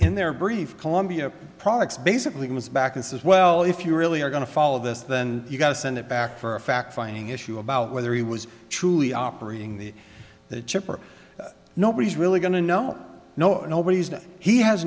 in their brief columbia products basically comes back and says well if you really are going to follow this then you've got to send it back for a fact finding issue about whether he was truly operating the chip or nobody's really going to know no nobody's and he has